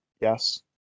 Yes